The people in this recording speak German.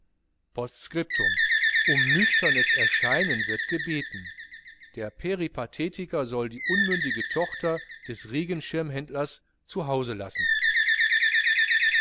postskriptum um nüchternes erscheinen wird gebeten der peripathetiker soll die unmündige tochter des regenschirmhändlers zu hause lassen